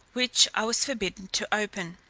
which i was forbidden to open.